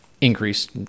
increased